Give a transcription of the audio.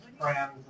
friends